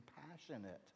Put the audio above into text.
compassionate